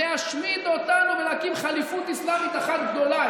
להשמיד אותנו ולהקים חליפות אסלאמית אחת גדולה.